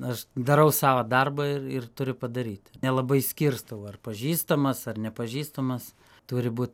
aš darau sava darbą ir ir turi padaryt nelabai skirstau ar pažįstamas ar nepažįstamas turi būt